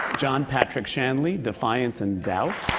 john patrick shanley, defiance and doubt.